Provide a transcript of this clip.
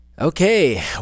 Okay